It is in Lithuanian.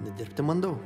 nedirbti bandau